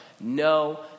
No